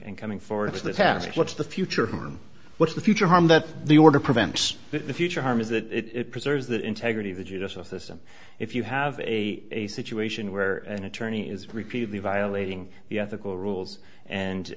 and coming forward to the task what's the future what's the future harm that the order prevents the future harm is that it preserves the integrity of the judicial system if you have a situation where an attorney is repeatedly violating the ethical rules and